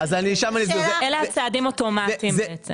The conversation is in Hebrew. אלה צעדים אוטומטיים.